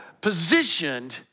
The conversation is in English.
positioned